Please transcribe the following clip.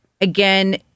Again